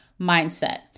mindset